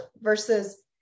versus